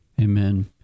Amen